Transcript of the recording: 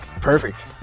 perfect